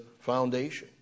foundation